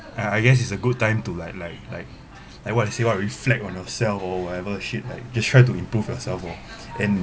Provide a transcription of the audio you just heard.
I I guess it's a good time to like like like like what they say what reflect on yourself or whatever shit like just try to improve yourself or and